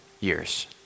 years